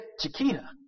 Chiquita